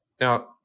Now